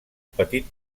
petit